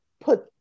put